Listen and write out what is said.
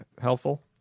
helpful